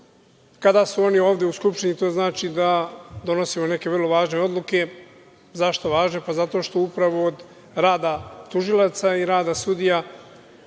Kada su oni ovde u Skupštini, to znači da donosimo neke vrlo važne odluke. Zašto važne? Pa zato što upravo od rada tužilaca i rada sudija